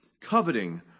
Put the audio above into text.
coveting